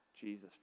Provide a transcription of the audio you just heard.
Jesus